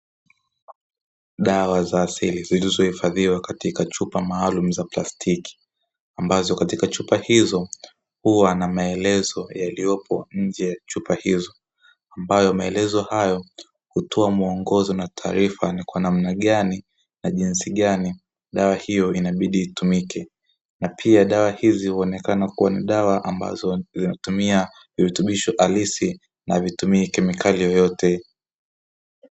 Dawa za asili zilizohifadhiwa katika chupa maalumu za plastiki ambazo katika chupa hizo huwa na maelezo yaliyopo nje ya chupa hizo, ambayo maelezo hayo hutoa muongozo na taarifa ni kwa namna gani na jinsi gani dawa hiyo inabidi itumike na pia dawa hizi huonekana kuwa ni dawa ambazo zinatumia virutubisho halisi na hazitumii kemikali yoyote.